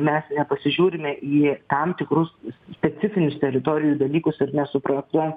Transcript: mes nepasižiūrime į tam tikrus specifinius teritorijų dalykus ir nesuprojektuojam